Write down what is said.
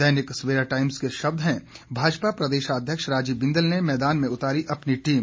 दैनिक Savera times के शब्द हैं भाजपा प्रदेशाध्यक्ष राजीव बिंदल ने मैदान में उतारी अपनी टीम